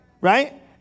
Right